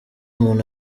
umuntu